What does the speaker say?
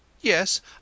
yes